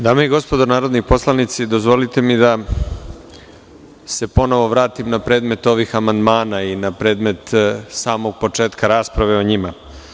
Dame i gospodo narodni poslanici, dozvolite mi da se ponovo vratim na predmet ovih amandmana i na predmet samog početka rasprave o njima.